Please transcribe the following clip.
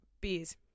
beers